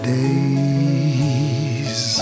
days